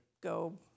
go